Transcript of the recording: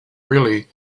really